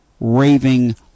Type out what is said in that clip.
raving